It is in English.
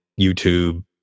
YouTube